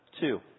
Two